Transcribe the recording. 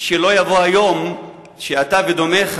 שלא יבוא היום שאתה ודומיך